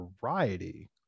variety